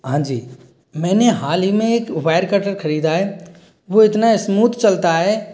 हाँ जी मैंने हाल ही में एक वायर कटर खरीदा है वो इतना स्मूथ चलता है